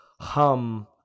hum